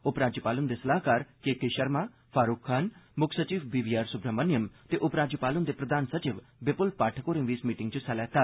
उपराज्यपाल हुंदे सलाहकार के के शर्मा फारूक खान मुक्ख सचिव बी वी आर सुब्रह्मण्यम ते उपराज्यपाल हुंदे प्रधान सचिव बिपुल पाठक होरें बी इस मीटिंग च हिस्सा लैता